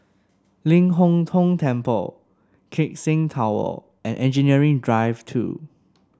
Ling Hong Tong Temple Keck Seng Tower and Engineering Drive Two